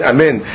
Amen